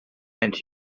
and